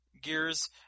Gears